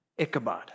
Ichabod